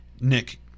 Nick